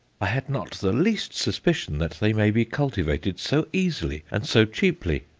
i had not the least suspicion that they may be cultivated so easily and so cheaply.